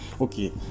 Okay